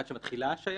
עד שמתחילה ההשעיה?